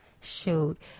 Shoot